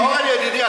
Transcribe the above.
אורן ידידי,